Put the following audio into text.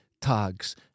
Tags